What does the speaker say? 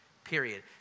Period